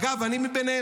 אגב, אני מביניהם.